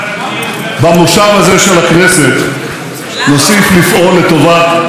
הזה של הכנסת נוסיף לפעול לטובת כלל אזרחי ישראל.